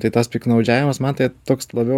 tai tas piktnaudžiavimas man tai toks labiau